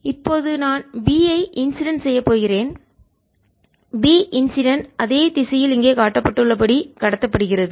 இப்போது நான் B ஐ இன்சிடென்ட் செய்யப் போகிறேன் B இன்சிடென்ட் அதே திசையில் இங்கே காட்டப்பட்டுள்ள படி கடத்தப்படுகிறது